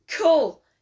cool